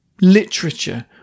literature